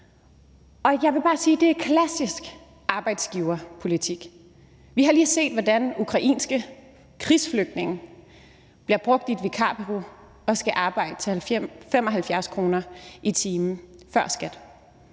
Og jeg vil bare sige, at det er klassisk arbejdsgiverpolitik. Vi har lige set, hvordan ukrainske krigsflygtninge bliver brugt i et vikarbureau og skal arbejde for 75 kr. i timen før skat